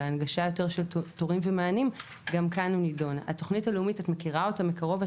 כלומר: הם הגורם חברת עמל שמספקת את התוכנית ומוציאה לפועל את